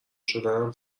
شدن